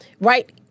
Right